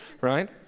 right